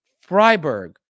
Freiburg